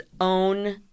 own